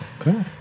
Okay